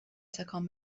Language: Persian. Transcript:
تکان